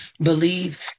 believe